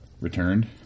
returned